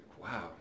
wow